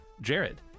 Jared